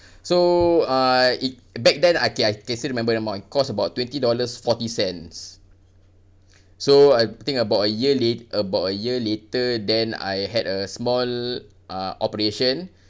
so uh it back then okay I can still remember the amount it cost about twenty dollars forty cents so I think about a year late~ about a year later then I had a small uh operation